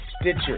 Stitcher